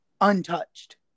untouched